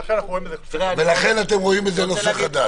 לכן אנחנו רואים בזה נושא חדש.